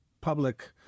public